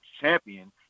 champion